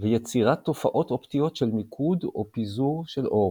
ויצירת תופעות אופטיות של מיקוד או פיזור של אור.